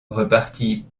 repartit